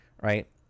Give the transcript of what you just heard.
Right